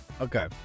Okay